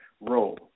role